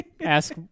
Ask